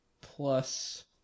plus